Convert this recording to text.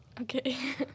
Okay